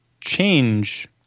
change